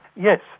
yes,